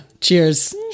Cheers